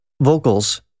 vocals